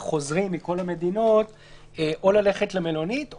החוזרים מכל המדינות או ללכת למלונית -- או שתי בדיקות.